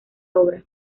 obra